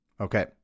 okay